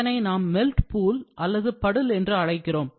அதனை நாம் melt pool அல்லது puddle என்று அழைக்கிறோம்